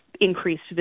increased